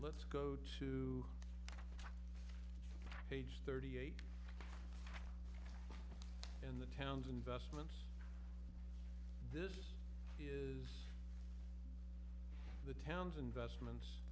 let's go to page thirty eight in the town's investments this is the town's investments